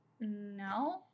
No